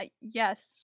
Yes